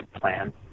plan